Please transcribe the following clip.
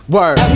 Word